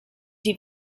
die